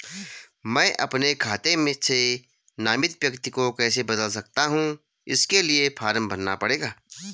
मैं अपने खाते से नामित व्यक्ति को कैसे बदल सकता हूँ इसके लिए फॉर्म भरना पड़ेगा?